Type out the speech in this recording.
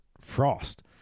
Frost